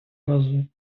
разу